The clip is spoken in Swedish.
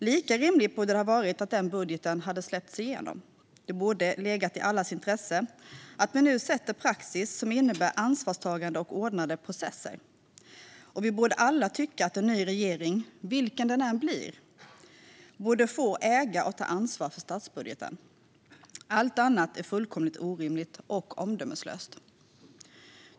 Lika rimligt borde det vara att den budgeten släpps igenom. Det borde ligga i allas intresse att vi nu sätter praxis som innebär ansvarstagande och ordnade processer, och vi borde alla tycka att en ny regering, vilken det än blir, borde få äga och ta ansvar för statsbudgeten. Allt annat är fullkomligt orimligt och omdömeslöst.